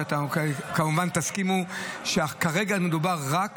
אתם כמובן תסכימו שכרגע מדובר רק